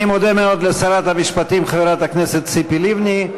אני מודה מאוד לשרת המשפטים חברת הכנסת ציפי לבני.